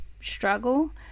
struggle